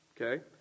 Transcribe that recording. Okay